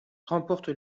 remporte